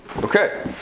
Okay